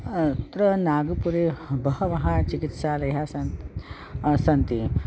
अत्र नागपुरे बहवः चिकित्सालयाः सन्ति सन्ति